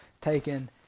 taken